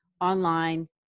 online